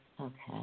Okay